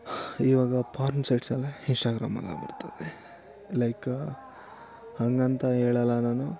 ಇವಾಗ ಪೋರ್ನ್ ಸೈಟ್ಸೆಲ್ಲ ಇನ್ಷ್ಟಾಗ್ರಾಮಲ್ಲಿ ಬರ್ತದೆ ಲೈಕ್ ಹಾಗಂತ ಹೇಳಲ್ಲ ನಾನು